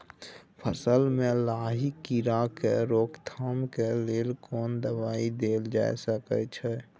फसल में लाही कीरा के रोकथाम के लेल कोन दवाई देल जा सके छै?